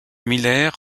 miller